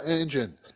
engine